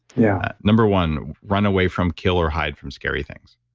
yeah number one, runaway from, kill or hide from scary things.